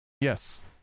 Yes